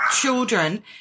children